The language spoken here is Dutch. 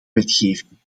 wetgeving